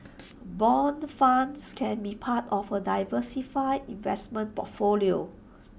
Bond funds can be part of A diversified investment portfolio